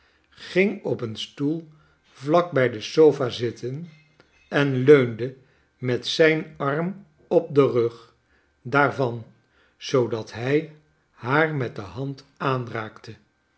ging op een stoel vlak bij de sofa zitten en leunde met zijn arm op den rug daarvan zoodat hij liaar met de hand aanraakte